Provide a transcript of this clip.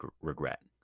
regret